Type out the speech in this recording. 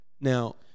Now